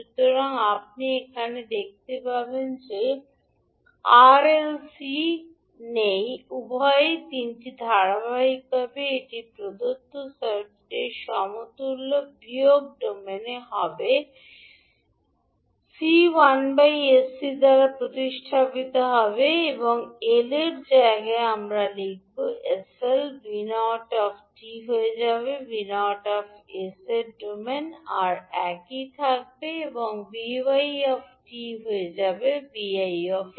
সুতরাং আপনি এখানে দেখতে পান যে আর L এবং C উভয়ই তিনটিই ধারাবাহিকভাবে এটি প্রদত্ত সার্কিটের সমতুল্য বিয়োগ ডোমেন হবে C 1sc দ্বারা প্রতিস্থাপিত হবে এবং L এর জায়গায় আমরা লিখব 𝑠𝐿 𝑉0 𝑡 হয়ে যাবে 𝑉0 𝑠 এর ডোমেন আর একই থাকবে এবং 𝑉𝑖 𝑡 হয়ে যাবে 𝑉𝑖 𝑠